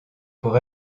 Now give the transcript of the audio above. pour